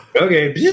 Okay